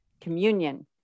communion